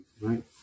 right